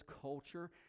culture